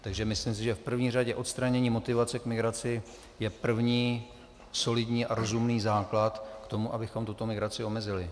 Takže myslím si, že v první řadě odstranění motivace k migraci je první solidní a rozumný základ k tomu, abychom tuto migraci omezili.